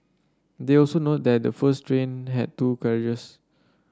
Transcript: they also note that the first train had two carriages